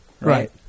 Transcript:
right